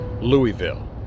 louisville